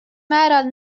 määral